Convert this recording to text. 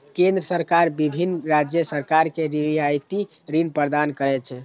केंद्र सरकार विभिन्न राज्य सरकार कें रियायती ऋण प्रदान करै छै